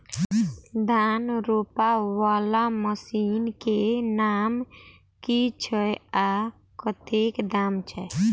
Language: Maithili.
धान रोपा वला मशीन केँ नाम की छैय आ कतेक दाम छैय?